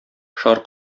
шар